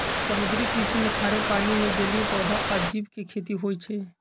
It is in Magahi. समुद्री कृषि में खारे पानी में जलीय पौधा आ जीव के खेती होई छई